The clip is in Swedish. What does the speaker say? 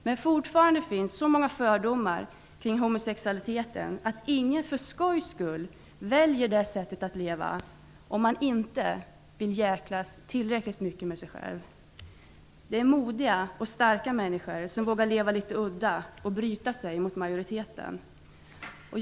Men fortfarande finns så många fördomar kring homosexualiteten att ingen för skojs skull väljer det sättet att leva, om man inte vill jäklas tillräckligt mycket med sig själv. Det är modiga och starka människor som vågar leva litet udda och bryta mot majoriteten.